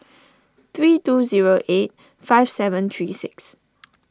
three two zero eight five seven three six